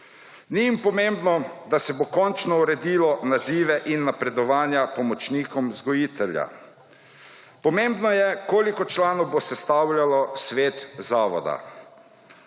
Ni jim pomembno, da se bo končno uredilo nazive in napredovanja pomočnikom vzgojitelja. Pomembno je, koliko članov bo sestavljalo svet zavoda.